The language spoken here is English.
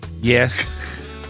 yes